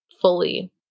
fully